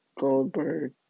Goldberg